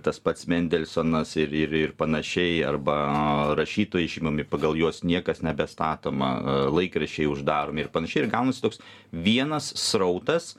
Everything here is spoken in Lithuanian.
tas pats mendelsonas ir ir ir panašiai arba rašytojai išimami pagal juos niekas nebestatoma laikraščiai uždaromi ir panašiai ir gaunasi toks vienas srautas